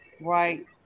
Right